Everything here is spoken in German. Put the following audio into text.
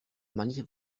manche